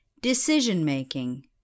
Decision-making